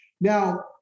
Now